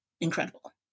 incredible